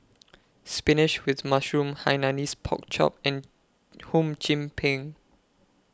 Spinach with Mushroom Hainanese Pork Chop and Hum Chim Peng